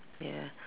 ya